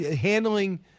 handling